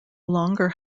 longer